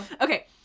Okay